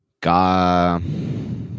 God